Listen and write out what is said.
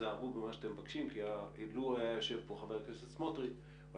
תיזהרו במה שאתם מבקשים כי לו היה יושב פה חבר הכנסת סמוטריץ' הוא